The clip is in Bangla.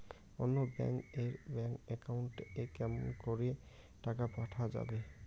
অন্য ব্যাংক এর ব্যাংক একাউন্ট এ কেমন করে টাকা পাঠা যাবে?